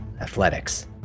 Athletics